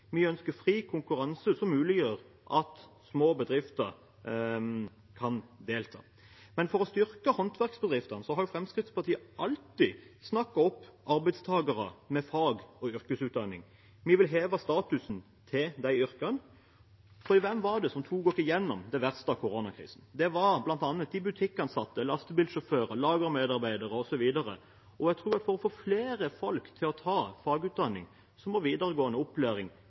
Vi ønsker fri konkurranse som muliggjør at små bedrifter kan delta. Men for å styrke håndverksbedriftene har Fremskrittspartiet alltid snakket opp arbeidstakere med fag- og yrkesutdanning. Vi vil heve statusen til disse yrkene. For hvem var det som tok oss gjennom det verste av koronakrisen? Det var bl.a. de butikkansatte, lastebilsjåfører, lagermedarbeidere osv. Jeg tror at for å få flere folk til å ta fagutdanning må videregående opplæring